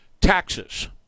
Taxes